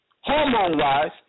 hormone-wise